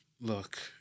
look